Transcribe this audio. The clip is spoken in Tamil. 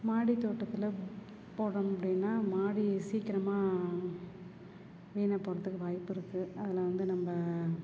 மாடி தோட்டத்தில் போடணும் அப்படின்னா மாடி சீக்கிரமாக வீணாக போகிறதுக்கு வாய்ப்பு இருக்குது அதில் வந்து நம்ம